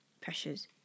pressures